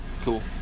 Cool